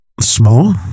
small